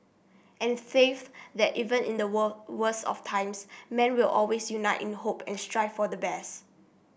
and faith that even in the worst of times man will always unite in hope and strive for the best